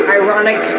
ironic